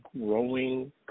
growing